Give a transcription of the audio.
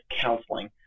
counseling